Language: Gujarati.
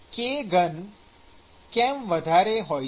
kઘન કેમ વધારે હોય છે